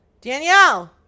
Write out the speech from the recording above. Danielle